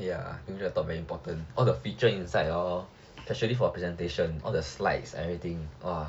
ya new laptop very important all the features inside hor actually for presentation all the slides and everything !wah!